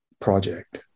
project